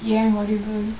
ஏன் முடிய:yen mudiya